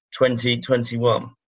2021